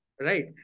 Right